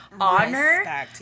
honor